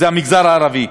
וזה המגזר הערבי,